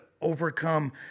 overcome